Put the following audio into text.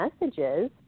messages